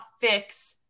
fix